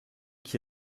qui